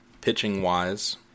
pitching-wise